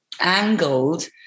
angled